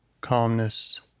calmness